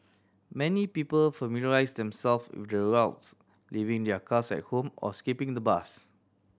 many people familiarised themselves with the routes leaving their cars at home or skipping the bus